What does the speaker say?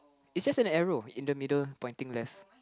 it's just an arrow in the middle pointing left